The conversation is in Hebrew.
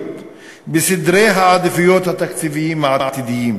בסדרי העדיפויות התקציביים העתידיים.